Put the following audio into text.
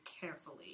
carefully